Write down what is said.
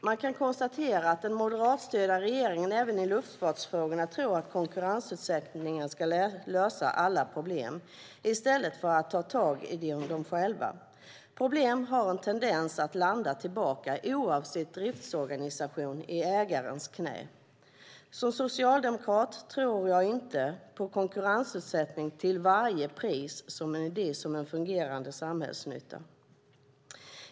Man kan konstatera att den moderatstyrda regeringen även i luftfartsfrågorna tror att konkurrensutsättning ska lösa alla problem i stället för att själv ta tag i dem. Problem har en tendens att komma tillbaka, oavsett driftsorganisation, och landa i ägarens knä. Som socialdemokrat tror jag inte på konkurrensutsättning till varje pris som en idé om en fungerande samhällsnytta.